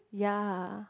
ya